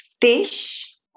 fish